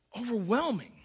overwhelming